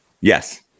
Yes